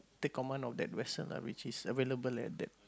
take command of that vessel which is available at that